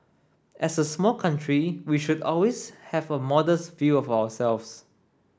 as a small country we should always have a modest view of ourselves